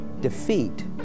defeat